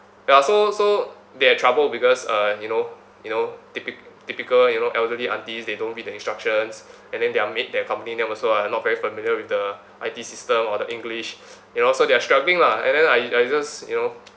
ya so so they had trouble because uh you know you know typi~ typical you know elderly aunties they don't read the instructions and then their maid that accompany them also are not very familiar with the I_T system or the english you know so they are struggling lah and then I I just you know